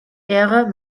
ehre